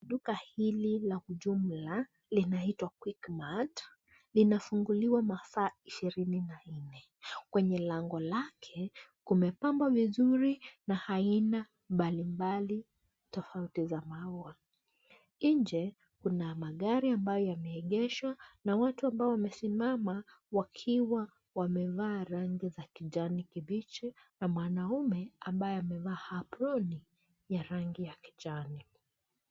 Duka hili la ujumla linaitwa QuickMart , linafunguliwa masaa ishirini na nne. Kwenye lango lake, kumepambwa vizuri na aina mbali mbali tofauti za maua. Nje kuna magari ambayo yameegeshwa na watu ambao wamesimama, wakiwa wamevaa rangi za kijani kibichi na mwanaume ambaye amevaa aproni ya rangi ya kijani.